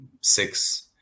six